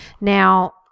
Now